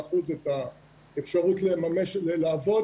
ל-15% את האפשרות לעבוד,